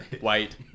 White